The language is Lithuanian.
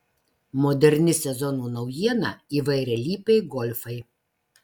moderni sezono naujiena įvairialypiai golfai